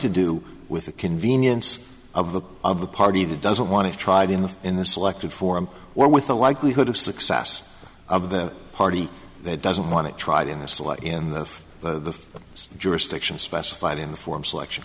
to do with the convenience of the of the party that doesn't want to tried in the in the selected for him or with the likelihood of success of the party that doesn't want it tried in the slot in the the jurisdiction specified in the form selection